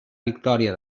victòria